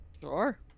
Sure